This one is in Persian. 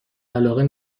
علاقه